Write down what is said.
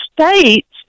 states